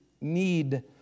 need